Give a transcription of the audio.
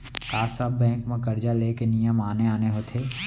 का सब बैंक म करजा ले के नियम आने आने होथे?